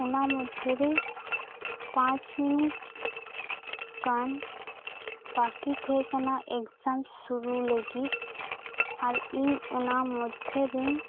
ᱚᱱᱟ ᱢᱚᱫᱷᱮ ᱨᱮ ᱯᱟᱸᱪ ᱢᱤᱱᱤᱴ ᱜᱟᱱ ᱵᱟᱠᱤ ᱛᱟᱸᱦᱮᱠᱟᱱᱟ ᱮᱠᱥᱟᱢ ᱥᱩᱨᱩ ᱞᱟᱹᱜᱤᱫ ᱟᱨ ᱤᱧ ᱚᱱᱟ ᱢᱚᱫᱫᱷᱮ ᱨᱮᱧ